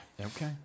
Okay